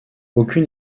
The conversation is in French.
aucune